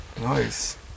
Nice